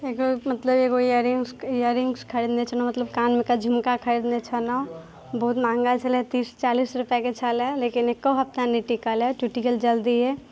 एक बेर मतलब एगो इयर रिंग्स इयर रिंग्स खरीदने छलहुँ मतलब कानमे का झुमका खरीदने छलहुँ बहुत महँगा छलए तीस चालीस रुपैआके छलए लेकिन एको हप्ताह नहि टिकलए टूटि गेल जल्दिए